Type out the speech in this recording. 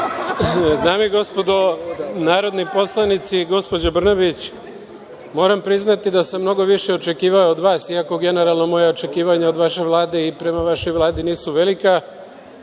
Dame i gospodo narodni poslanici, gospođo Brnabić, moram priznati da sam mnogo više očekivao od vas, iako generalno moja očekivanja od vaše Vlade i prema vašoj Vladi nisu velika,